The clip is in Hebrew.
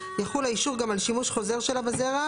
יחול האישור גם על שימוש חוזר שלה בזרע,